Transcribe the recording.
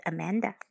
Amanda